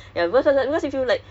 ah